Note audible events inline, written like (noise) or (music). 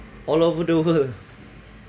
all over the world (laughs)